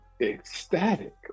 ecstatic